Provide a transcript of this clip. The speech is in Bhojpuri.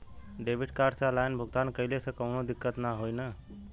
डेबिट कार्ड से ऑनलाइन भुगतान कइले से काउनो दिक्कत ना होई न?